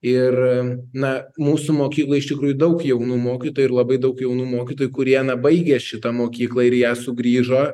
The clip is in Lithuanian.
ir na mūsų mokykloj iš tikrųjų daug jaunų mokytojų ir labai daug jaunų mokytojų kurie na baigė šitą mokyklą ir į ją sugrįžo